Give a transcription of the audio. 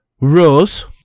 Rose